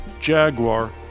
Jaguar